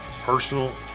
personal